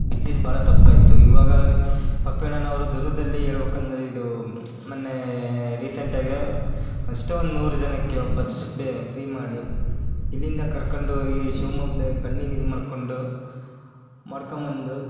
ಬಿಟ್ಟಿದ್ದು ಭಾಳ ತಪ್ಪಾಯಿತು ಇವಾಗ ಪಪ್ಪಿಯಣ್ಣನವರು ದುರ್ಗದಲ್ಲಿ ಹೇಳ್ಬಕಂದ್ರ್ ಇದು ಮೊನ್ನೆ ರೀಸೆಂಟಾಗೇ ಎಷ್ಟೋ ಒಂದು ನೂರು ಜನಕ್ಕೆ ಬಸ್ ಬೆ ಫ್ರೀ ಮಾಡಿ ಇಲ್ಲಿಂದ ಕರ್ಕೊಂಡೋಗಿ ಶಿವಮೊಗ್ದ ಕಣ್ಣಿನ ಇದು ಮಾಡಿಕೊಂಡು ಮಾಡ್ಕೊಂಬಂದು